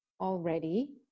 already